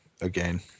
Again